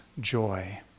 joy